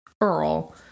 Earl